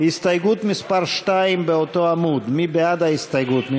הסתייגות מס' 2 באותו עמוד, מי בעד ההסתייגות?